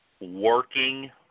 working